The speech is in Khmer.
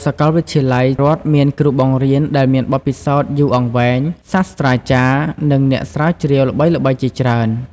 សាកលវិទ្យាល័យរដ្ឋមានគ្រូបង្រៀនដែលមានបទពិសោធន៍យូរអង្វែង សាស្ត្រាចារ្យ និងអ្នកស្រាវជ្រាវល្បីៗជាច្រើន។